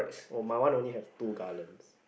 oh my one only have two gallons